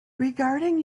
regarding